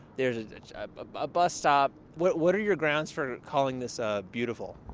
there's a bus stop. what what are your grounds for calling this ah beautiful?